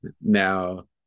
now